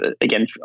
again